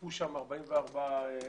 נספו שם 44 אנשים,